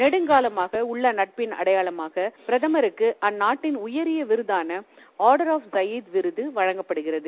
நெடுங்காலமாக உள்ள நட்புறவின் அடையாளமாக பிரதமருக்கு அந்நாட்டின் உயரிய விருதான ஆர்டர் ஆப் கலியோ விருது வழங்கப்படுகிறது